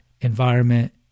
environment